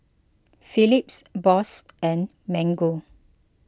Phillips Bose and Mango